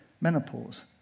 Menopause